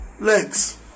legs